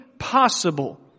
Possible